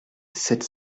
sept